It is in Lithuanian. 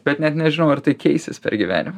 bet net nežinau ar tai keisis per gyvenimą